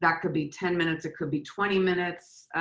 but could be ten minutes, it could be twenty minutes.